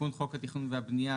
תיקון חוק התכנון והבנייה,